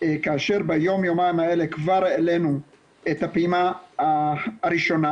כאשר ביום-יומיים האלה כבר העלינו את הפעימה הראשונה